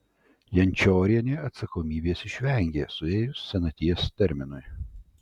jančiorienė atsakomybės išvengė suėjus senaties terminui